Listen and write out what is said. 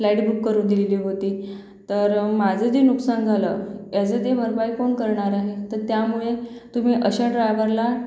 flight book करून दिलेली होती तर माझं जे नुकसान झालं याचे ते भरपाई कोण करणार आहे तर त्यामुळे तुम्ही अशा ड्रायवरला